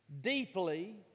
deeply